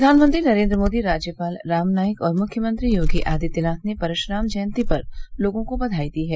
प्रधानमंत्री नरेन्द्र मोदी राज्यपाल राम नाईक और मुख्यमंत्री योगी आदित्यनाथ ने परशुराम जयन्ती पर लोगों को बधाई दी हैं